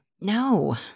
No